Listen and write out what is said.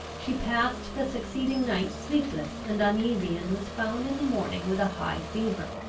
she passed the succeeding night sleepless and uneasy, and was found in the morning with a high fever.